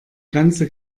ganze